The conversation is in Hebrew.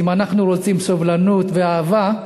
אז אם אנחנו רוצים סובלנות ואהבה,